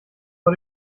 vor